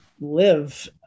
live